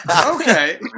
Okay